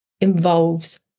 involves